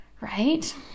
right